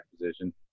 position